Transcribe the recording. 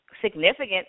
significant